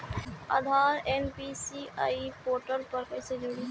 आधार NPCI portal पर कईसे जोड़ी?